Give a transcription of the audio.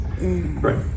Right